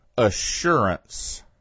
Assurance